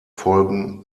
folgen